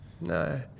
no